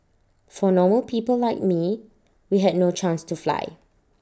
for normal people like me we had no chance to fly